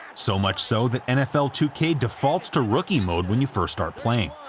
so much so that nfl two k defaults to rookie mode when you first start playing.